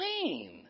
clean